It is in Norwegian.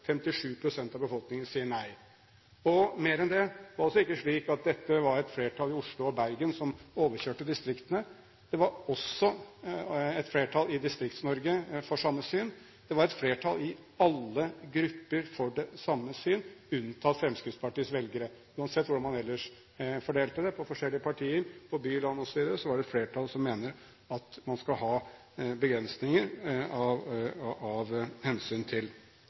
av befolkningen sier altså nei. Og mer enn det: Det er ikke slik at det var et flertall i Oslo og Bergen som overkjørte distriktene, det var et flertall i Distrikts-Norge for samme syn. Det var et flertall i alle grupper for samme syn, unntatt Fremskrittspartiets velgere. Uansett hvordan man ellers fordelte det – på forskjellige partier, på by og land osv. – var det et flertall som mente at man skulle ha begrensninger av hensyn til